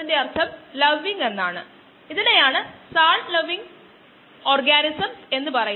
Ks plus S കൊണ്ട് ഹരിച്ചാൽ കിട്ടുന്നതാണ്